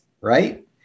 right